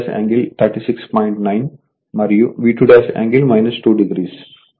9 మరియు V2యాంగిల్ 2o